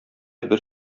бер